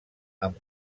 amb